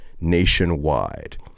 nationwide